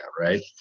right